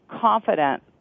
confident